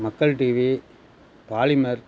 மக்கள் TV polymer